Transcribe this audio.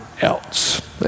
else